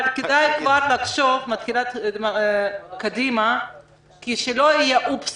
אבל כדאי כבר לחשוב קדימה כדי שלא יאמרו: "אופס,